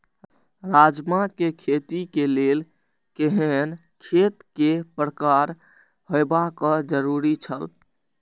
राजमा के खेती के लेल केहेन खेत केय प्रकार होबाक जरुरी छल?